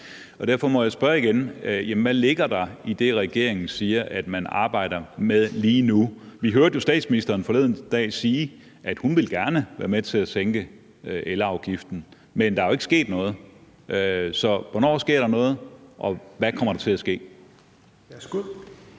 Derfor må jeg spørge igen: Hvad ligger der i det, regeringen siger om, at man arbejder lige nu? Vi hørte jo forleden dag statsministeren sige, at hun gerne vil være med til at sænke elafgiften, men der er jo ikke sket noget. Så hvornår sker der noget, og hvad kommer der til at ske?